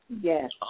yes